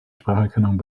spracherkennung